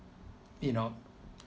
you know